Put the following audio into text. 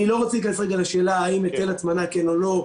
אני לא רוצה להיכנס רגע לשאלה האם ניתן הטמנה כן או לא,